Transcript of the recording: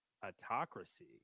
Autocracy